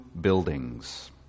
buildings